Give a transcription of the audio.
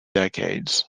decades